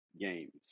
games